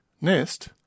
nest